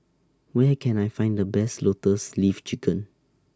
Where Can I Find The Best Lotus Leaf Chicken